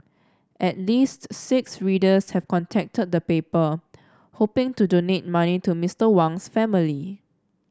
at least six readers have contacted the paper hoping to donate money to Mister Wang's family